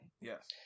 Yes